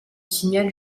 signal